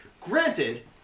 Granted